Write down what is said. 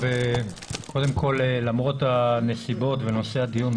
איציק שמולי: למרות הנסיבות ונושא הדיון,